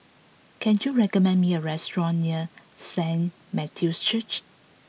can you recommend me a restaurant near Saint Matthew's Church